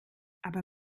aber